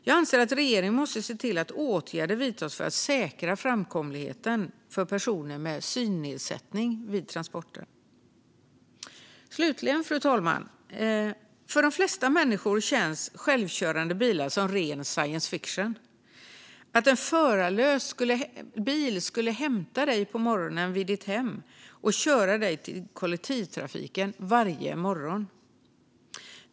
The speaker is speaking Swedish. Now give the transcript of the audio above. Jag anser att regeringen måste se till att åtgärder vidtas för att säkra framkomligheten för personer med synnedsättning vid transporter. Fru talman! För de flesta människor känns självkörande bilar som ren science fiction, till exempel att en förarlös bil hämtar dig på morgonen vid ditt hem och kör dig till kollektivtrafiken.